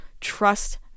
trust